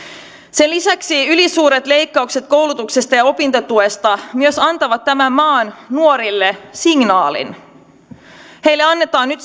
sen lisäksi ylisuuret leikkaukset koulutuksesta ja opintotuesta myös antavat tämän maan nuorille signaalin heille annetaan nyt